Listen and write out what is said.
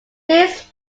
these